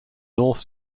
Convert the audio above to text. north